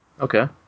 Okay